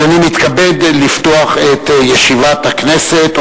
הנני מתכבד לפתוח את ישיבת הכנסת.